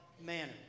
manner